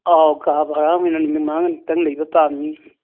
ꯑꯧ ꯀꯥ ꯚꯔꯥ ꯅꯨꯃꯤꯠ ꯃꯉꯥꯅꯤ ꯃꯨꯛꯇꯪ ꯂꯩꯕ ꯄꯥꯝꯏ